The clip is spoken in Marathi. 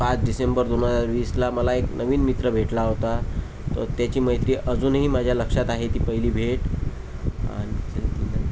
पाच डिसेंबर दोन हजार वीसला मला एक नवीन मित्र भेटला होता त्याची मैत्री अजूनही माझ्या लक्षात आहे ती पहिली भेट आणि